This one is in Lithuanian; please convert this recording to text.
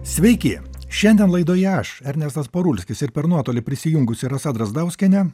sveiki šiandien laidoje aš ernestas parulskis ir per nuotolį prisijungusi rasa drazdauskienė